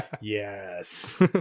Yes